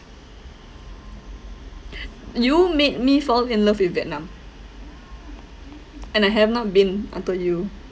you made me fall in love with vietnam and I have not been until you